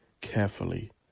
carefully